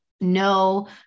no